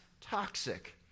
toxic